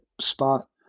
spot